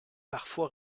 parfois